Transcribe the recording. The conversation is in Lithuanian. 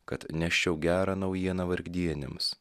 kad neščiau gerą naujieną vargdieniams